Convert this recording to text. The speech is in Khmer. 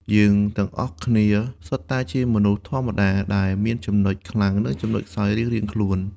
យើងទាំងអស់គ្នា សុទ្ធតែជាមនុស្សធម្មតាដែលមានចំណុចខ្លាំង និងចំណុចខ្សោយរៀងៗខ្លួន។